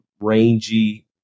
rangy